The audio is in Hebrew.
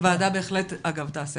הוועדה תעשה בהחלט מעקב,